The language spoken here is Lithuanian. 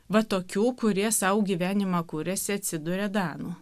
va tokių kurie sau gyvenimą kuriasi atsiduria danų